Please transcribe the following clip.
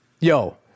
Yo